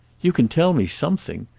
you can tell me something.